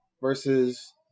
versus